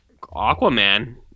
Aquaman